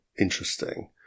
interesting